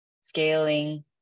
scaling